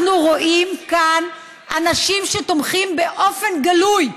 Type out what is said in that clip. אנחנו רואים כאן אנשים שתומכים באופן גלוי,